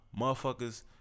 Motherfuckers